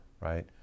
right